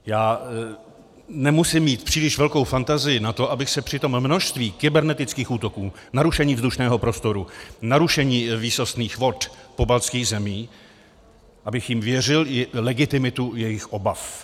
Já nemusím mít příliš velkou fantazii na to, abych se při tom množství kybernetických útoků, narušení vzdušného prostoru, narušení výsostných vod pobaltských zemí, abych jim věřil legitimitu jejich obav.